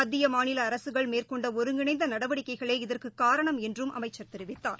மத்திய மாநிலஅரசுகள் மேற்கொண்டஒருங்கிணைந்தநடவடிக்கைகளே இதற்குகாரணம் என்றும் அமைச்சர் தெரிவித்தார்